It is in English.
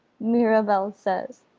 mirabel says.